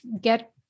get